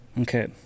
Okay